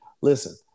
Listen